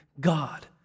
God